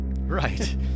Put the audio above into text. Right